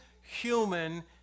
human